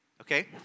okay